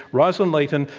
roslyn layton,